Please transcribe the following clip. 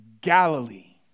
Galilee